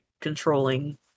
controlling